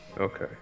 Okay